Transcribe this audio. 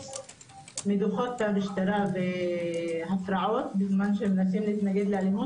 חוץ מדוחות מהמשטרה והפרעות בזמן שמנסים להתנגד לאלימות,